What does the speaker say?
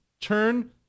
Turn